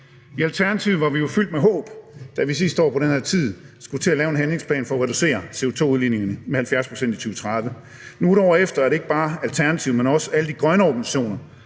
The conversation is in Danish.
I Alternativet var vi jo fyldt med håb, da vi sidste år på den her tid skulle til at lave en handlingsplan for at reducere CO2-udledningerne med 70 pct. i 2030. Nu et år efter er det ikke bare Alternativet, men også alle de grønne organisationer,